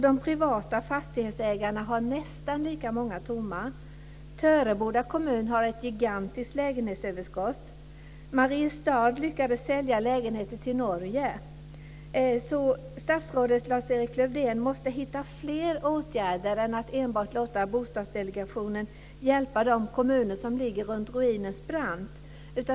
De privata fastighetsägarna har nästan lika många tomma. Töreboda kommun har ett gigantiskt lägenhetsöverskott. Mariestad lyckades sälja lägenheter till Norge. Statsrådet Lars-Erik Lövdén måste hitta fler åtgärder än att enbart låta Bostadsdelegationen hjälpa de kommuner som ligger på ruinens brant.